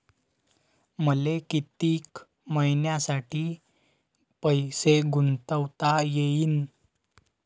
मले कितीक मईन्यासाठी पैसे गुंतवता येईन?